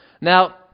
Now